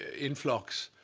influx,